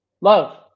love